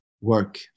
work